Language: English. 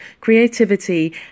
creativity